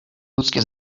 ludzkie